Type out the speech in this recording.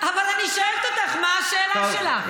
אבל אני שואלת אותך: מה השאלה שלך?